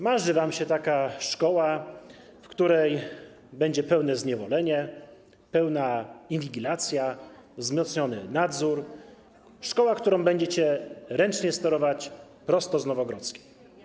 Marzy wam się taka szkoła, w której będzie pełne zniewolenie, pełna inwigilacja, wzmocniony nadzór, szkoła, którą będziecie ręcznie sterować prosto z Nowogrodzkiej.